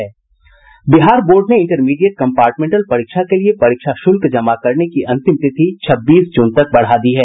Bihar board ने intermediate compartmental परीक्षा के लिए परीक्षा शुल्क जमा करने की अंतिम तिथि छब्बीस जून तक बढ़ा दी है